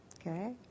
Okay